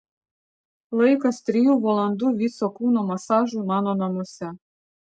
laikas trijų valandų viso kūno masažui mano namuose